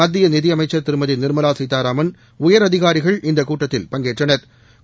மத்திய நிதி அமைச்ச் திருமதி நிா்மலா சீதாராமன் உயரதிகாரிகள் இந்த கூட்டத்தில் பங்கேற்றனா்